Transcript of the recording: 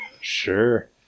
Sure